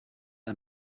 ein